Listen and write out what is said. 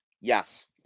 Yes